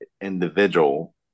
individual